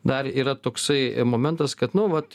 dar yra toksai momentas kad nu vat